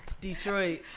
Detroit